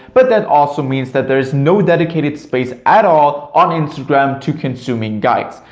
but that also means that there is no dedicated space at all on instagram to consuming guides.